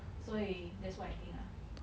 所以 that's what I think ah